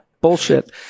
bullshit